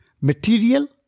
Material